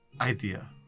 idea